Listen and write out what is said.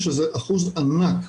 שזה אחוז ענק.